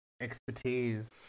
Expertise